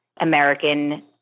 American